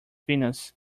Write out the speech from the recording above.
venus